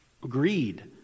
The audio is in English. greed